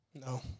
No